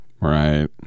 Right